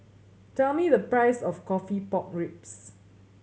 tell me the price of coffee pork ribs